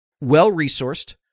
well-resourced